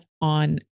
on